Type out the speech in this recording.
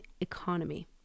economy